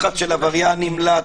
לחץ של עבריין נמלט.